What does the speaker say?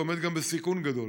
וגם נתון בסיכון גדול.